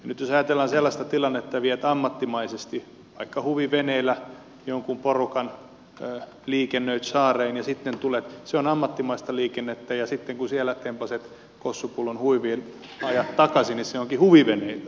nyt jos ajatellaan sellaista tilannetta että viet ammattimaisesti vaikka huviveneellä jonkun porukan liikennöit saareen se on ammattimaista liikennettä ja sitten kun siellä tempaiset kossupullon huiviin ja ajat takaisin niin se onkin huviveneilyä